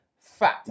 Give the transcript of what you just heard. fat